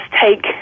take